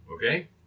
Okay